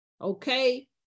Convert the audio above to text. okay